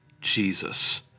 Jesus